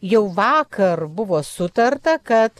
jau vakar buvo sutarta kad